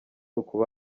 uku